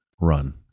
run